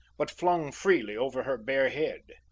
but flung freely over her bare head.